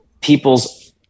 people's